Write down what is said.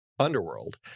underworld